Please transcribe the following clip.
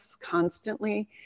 constantly